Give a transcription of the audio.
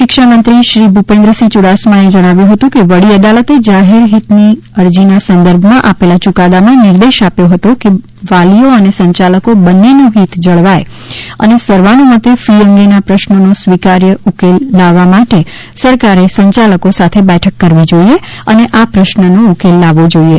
શિક્ષણ મંત્રી શ્રી ભુપેન્દ્રસિંહ યુડાસમાએ જણાવ્યું હતું કે વડી અદાલતે જાહેર હીતની અરજીના સંદર્ભમાં આપેલા યૂકાદામાં નિર્દેશ આપ્યો હતો કે વાલીઓ અને સંચાલકો બંનેનું હિત જળવાય અને સર્વાનુમતે ફી અંગેના પ્રશ્નોનો સ્વીકાર્ય ઉકેલ લાવવા માટે સરકારે સંચાલકો સાથે બેઠક કરવી જોઈએ અને આ પ્રશ્નનો ઉકેલ લાવવો જોઈએ